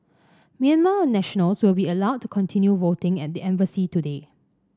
Myanmar nationals will be allowed to continue voting at the embassy today